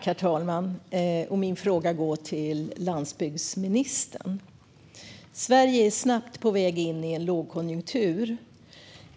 Herr talman! Min fråga går till landsbygdsministern. Sverige är snabbt på väg in i en lågkonjunktur.